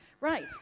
Right